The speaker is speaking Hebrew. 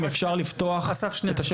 אם אפשר לפתוח את השקף הבא.